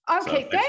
Okay